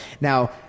Now